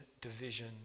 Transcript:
division